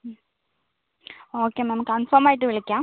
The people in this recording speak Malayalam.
അ ഓക്കെ മാം കൺഫോം ആയിട്ട് വിളിക്കാം